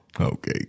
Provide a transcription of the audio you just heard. Okay